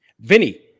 Vinny